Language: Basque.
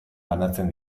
banatzen